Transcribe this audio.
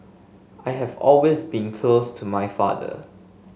I have always been close to my father